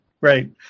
Right